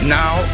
now